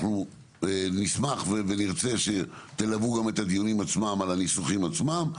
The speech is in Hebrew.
אנחנו נשמח ונרצה שתלוו גם את הדיונים עצמם על הניסוחים עצמם.